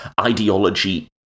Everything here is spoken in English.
Ideology